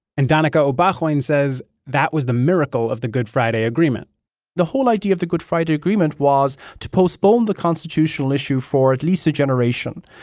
and donnacha o but beachain and says that was the miracle of the good friday agreement the whole idea of the good friday agreement was to postpone the constitutional issue for at least a generation.